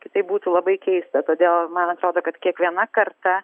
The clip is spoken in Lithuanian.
kitaip būtų labai keista todėl man atrodo kad kiekviena karta